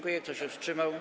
Kto się wstrzymał?